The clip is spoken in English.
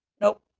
nope